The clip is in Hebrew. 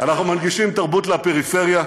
אנחנו מנגישים תרבות לפריפריה.